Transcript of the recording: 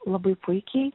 labai puikiai